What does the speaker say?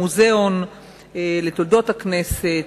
מוזיאון לתולדות הכנסת,